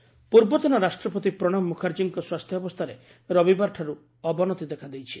Mukherjee health ପୂର୍ବତନ ରାଷ୍ଟ୍ରପତି ପ୍ରଣବ ମୁଖାର୍ଜୀଙ୍କ ସ୍ୱାସ୍ଥ୍ୟାବସ୍ଥାରେ ରବିବାରଠାରୁ ଅବନତି ଦେଖାଦେଇଛି